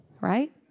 Right